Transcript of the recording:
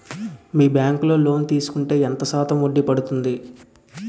మీ bank లో loan తీసుకుంటే ఎంత శాతం వడ్డీ పడ్తుంది?